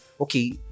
okay